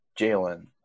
Jalen